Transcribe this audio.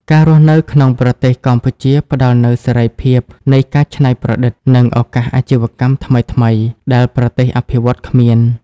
ការរស់នៅក្នុងប្រទេសកម្ពុជាផ្តល់នូវ "សេរីភាពនៃការច្នៃប្រឌិត" និងឱកាសអាជីវកម្មថ្មីៗដែលប្រទេសអភិវឌ្ឍន៍គ្មាន។